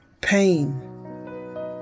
Pain